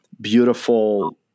beautiful